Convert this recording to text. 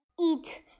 eat